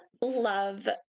love